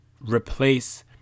replace